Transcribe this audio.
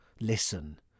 Listen